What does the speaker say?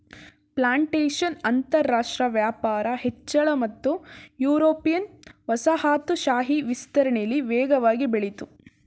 plantation ಅಂತರಾಷ್ಟ್ರ ವ್ಯಾಪಾರ ಹೆಚ್ಚಳ ಮತ್ತು ಯುರೋಪಿಯನ್ ವಸಾಹತುಶಾಹಿ ವಿಸ್ತರಣೆಲಿ ವೇಗವಾಗಿ ಬೆಳಿತು